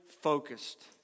focused